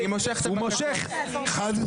את מאשימה אותי שהצעתי ג'ובים?